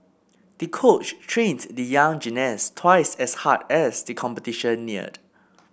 the coach trained the young gymnast twice as hard as the competition neared